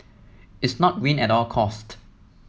it's not win at all cost